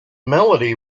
melody